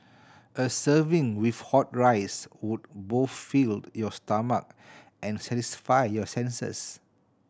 a serving with hot rice would both filled your stomach and satisfy your senses